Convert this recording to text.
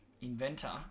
Inventor